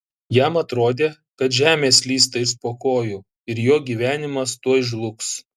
jam atrodė kad žemė slysta iš po kojų ir jo gyvenimas tuoj žlugs